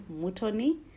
mutoni